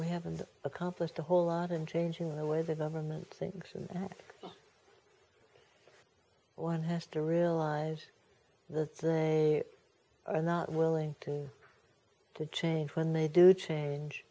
we haven't accomplished a whole lot in changing the way the government thinks and i think one has to realize that they are not willing to to change when they do change